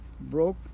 broke